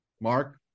Mark